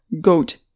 goat